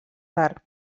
tard